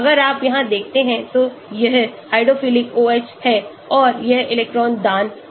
अगर आप यहाँ देखते हैं तो यह हाइड्रोफिलिक OH है और यह इलेक्ट्रॉन दान है